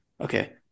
Okay